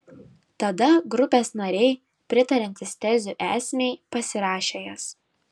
tada grupės nariai pritariantys tezių esmei pasirašė jas